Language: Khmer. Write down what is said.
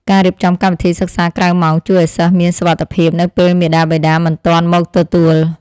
ការរៀបចំកម្មវិធីសិក្សាក្រៅម៉ោងជួយឱ្យសិស្សមានសុវត្ថិភាពនៅពេលមាតាបិតាមិនទាន់មកទទួល។